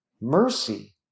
Mercy